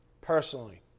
personally